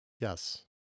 Yes